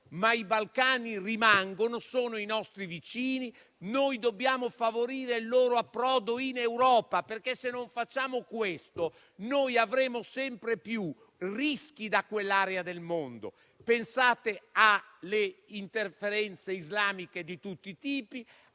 ma i Balcani rimangono. Sono i nostri vicini e noi dobbiamo favorire il loro approdo in Europa. Se non facciamo questo, noi avremo sempre più rischi da quell'area del mondo. Pensate alle interferenze islamiche di tutti i tipi,